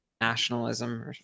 nationalism